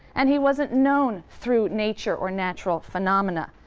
and he wasn't known through nature or natural phenomena.